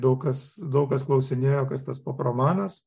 daug kas daug kas klausinėjo kas tas pop romanas